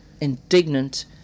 indignant